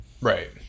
right